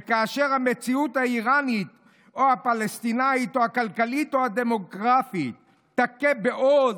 וכאשר המציאות האיראנית או הפלסטינית או הכלכלית או הדמוגרפית תכה בעוז,